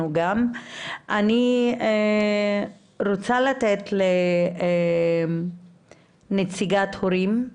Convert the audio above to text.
אני רוצה לתת לנציגת ההורים לדבר,